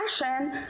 passion